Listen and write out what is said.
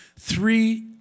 Three